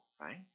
right